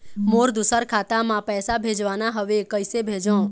मोर दुसर खाता मा पैसा भेजवाना हवे, कइसे भेजों?